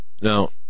Now